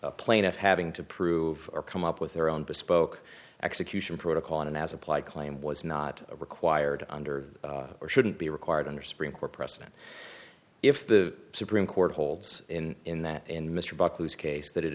that plane of having to prove or come up with their own bespoke execution protocol and as applied claim was not required under or shouldn't be required under supreme court precedent if the supreme court holds in in that in mr buckley is case that it